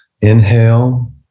inhale